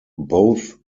both